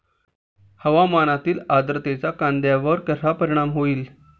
हवामानातील आर्द्रतेचा कांद्यावर कसा परिणाम होईल?